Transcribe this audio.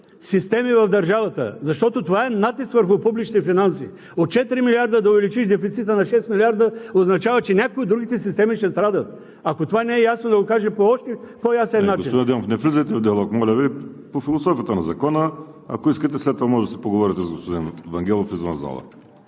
системи в държавата, защото това е натиск върху публични финанси. От 4 млрд. лв. да увеличиш дефицита на 6 млрд. лв. означава, че някои от другите системи ще страдат. Ако това не е ясно, да го кажа по още по-ясен начин? ПРЕДСЕДАТЕЛ ВАЛЕРИ СИМЕОНОВ: Господин Адемов, не влизайте в диалог. Моля Ви, по философията на Закона. Ако искате след това можете да си поговорите с господин Вангелов извън залата.